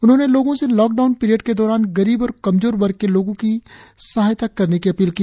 उन्होंने लोगों से लॉकडाउन पीरियड के दौरान गरीब और कमजोर वर्ग के लोगों की सहायता करने की अपील की